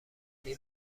قوی